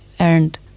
earned